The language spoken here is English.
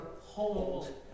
hold